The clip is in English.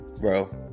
bro